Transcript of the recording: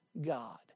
God